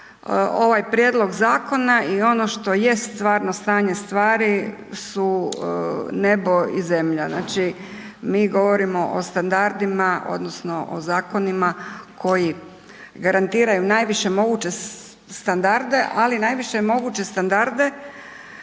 ovaj prijedlog zakona i ono što je stvarno stanje stvari su nebo i zemlja. Znači, mi govorimo o standardima odnosno o zakonima koji garantiraju najviše moguće standarde, ali najviše moguće standarde